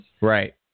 Right